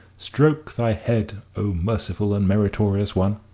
stroke thy head, o merciful and meritorious one,